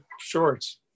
shorts